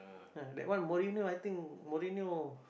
ah that one Morinho I think Morinho